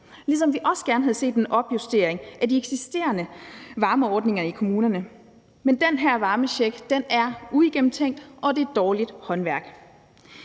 ligesom vi også gerne havde set en opjustering af de eksisterende varmeordninger i kommunerne. Men den her varmecheck er uigennemtænkt, og det er dårligt håndværk.